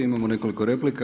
Imamo nekoliko replika.